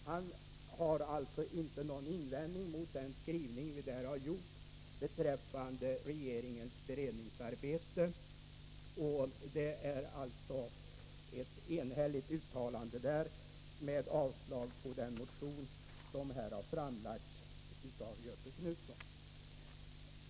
Han har inte någon invändning mot den skrivning vi har gjort beträffande regeringens beredningsarbete. Det är alltså ett enhälligt uttalande på den punkten med avslag på den motion som har framlagts av Göthe Knutson m.fl.